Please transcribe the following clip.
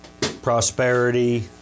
prosperity